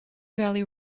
valley